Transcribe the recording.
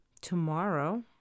tomorrow